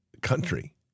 country